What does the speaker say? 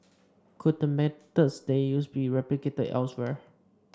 could the methods they used be replicated elsewhere